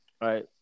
Right